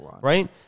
right